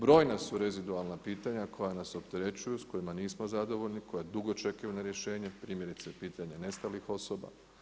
Brojna su rezidualna pitanja koja nas opterećuju, s kojima nismo zadovoljni, koja dugo čekaju na rješenje, primjerice pitanja nestalih osoba.